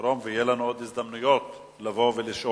לתרום בהם, ויהיו לנו עוד הזדמנויות לבוא ולשאול.